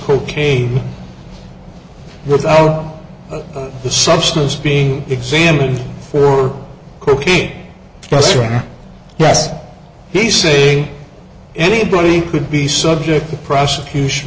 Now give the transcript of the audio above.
cocaine without the substance being examined for cocaine etc yes he's saying anybody could be subject to prosecution